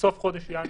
בסוף חודש ינואר,